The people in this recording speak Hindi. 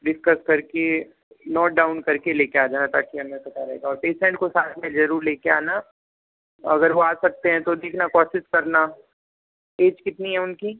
डिसकस करके नोट डाउन करके ले के आ जाना ताकि हमको भी पता रहेगा और पेशेंट को साथ में ज़रूर ले के आना और अगर वो आ सकते हैं तो देखना कोशिश करना एज कितनी है उनकी